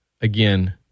again